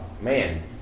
man